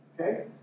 Okay